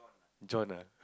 John ah